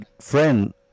friend